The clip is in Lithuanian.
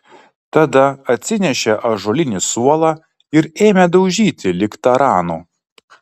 tada atsinešė ąžuolinį suolą ir ėmė daužyti lyg taranu